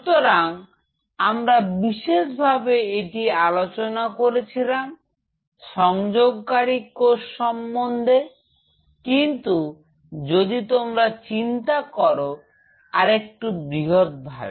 সুতরাং আমরা বিশেষভাবে এটি আলোচনা করেছিলাম সংযোগকারী কোষ সম্বন্ধে কিন্তু যদি তোমরা চিন্তা করো আরেকটু বৃহৎ ভাবে